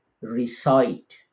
recite